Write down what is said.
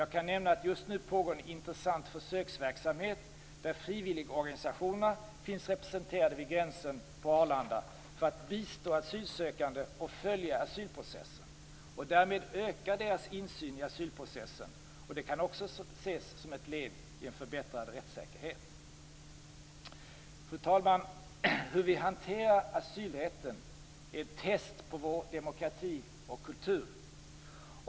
Jag kan nämna att just nu pågår en intressant försöksverksamhet där frivilligorganisationerna finns representerade vid gränsen på Arlanda för att bistå asylsökande och följa asylprocessen. Därmed ökar deras insyn i asylprocessen. Det kan också ses som ett led i en förbättrad rättssäkerhet. Fru talman! Hur vi hanterar asylrätten är ett test på vår demokrati och kultur.